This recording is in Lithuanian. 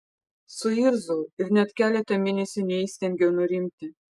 suirzau ir net keletą mėnesių neįstengiau nurimti